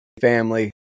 family